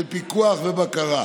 של פיקוח ובקרה.